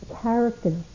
character